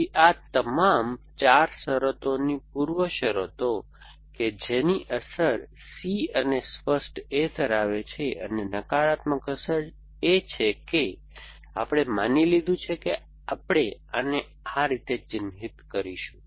તેથી આ તમામ 4 શરતોની પૂર્વશરતો કે જેની અસર C અને સ્પષ્ટ A ધરાવે છે અને નકારાત્મક અસર એ છે કે આપણે માની લીધું છે કે આપણે આને આ રીતે ચિહ્નિત કરીશું